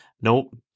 Nope